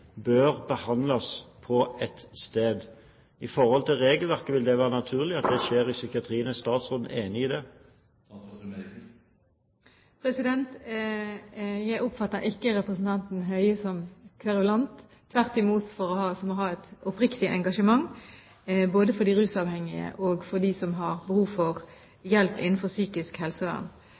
bør behandles på ett sted. Ut fra regelverket vil det være naturlig at det skjer i psykiatrien. Er statsråden enig i det? Jeg oppfatter ikke representanten Høie som kverulant, tvert imot at han har et oppriktig engasjement både for de rusavhengige og for dem som har behov for hjelp innenfor psykisk helsevern.